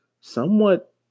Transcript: somewhat